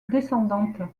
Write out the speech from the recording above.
descendante